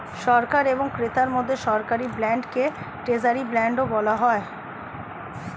সরকার এবং ক্রেতার মধ্যে সরকারি বন্ডকে ট্রেজারি বন্ডও বলা হয়